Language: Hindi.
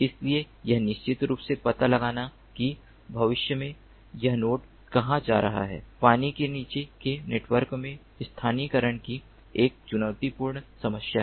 इसलिए यह निश्चित रूप से पता लगाना कि भविष्य में यह नोड कहां जा रहा है पानी के नीचे के नेटवर्क में स्थानीयकरण की एक चुनौतीपूर्ण समस्या है